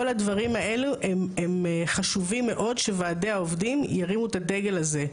כל הדברים האלו הם חשובים מאוד שוועדי העובדים ירימו את הדגל הזה.